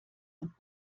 und